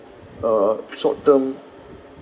uh short term